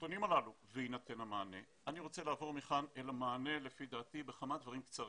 אני רוצה לעבור מכאן אל המענה בכמה דברים קצרים.